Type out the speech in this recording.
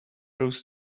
rose